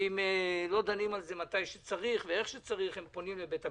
ואם לא דנים בזה מתי שצריך, הן פונות לבית המשפט,